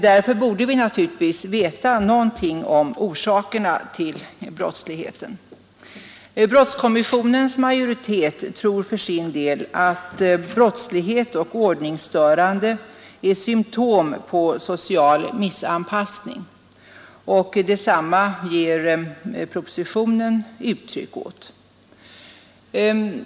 Därför borde vi naturligtvis veta någonting om orsakerna till brottsligheten. Brottskommissionens majoritet tror för sin del att brottslighet och ordningsstörande är symtom på social missanpassning, och detsamma ger propositionen uttryck åt.